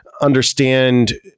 understand